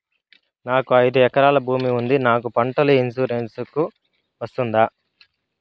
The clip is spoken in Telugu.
నాకు ఐదు ఎకరాల భూమి ఉంది నాకు పంటల ఇన్సూరెన్సుకు వస్తుందా?